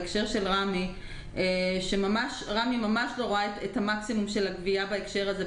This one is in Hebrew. רמ"י ממש לא רואה את המקסימום של הגבייה בהקשר הזה,